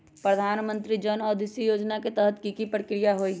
प्रधानमंत्री जन औषधि योजना के तहत की की प्रक्रिया होई?